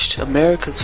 America's